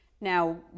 Now